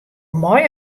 mei